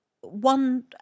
one